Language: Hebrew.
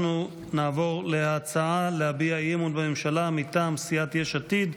אנחנו נעבור להצעה להביע אי-אמון בממשלה מטעם סיעת יש עתיד,